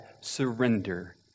surrender